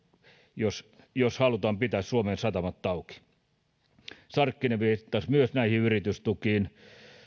jos jos halutaan pitää suomen satamat auki myös sarkkinen viittasi näihin yritystukiin